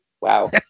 wow